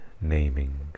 Naming